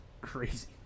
crazy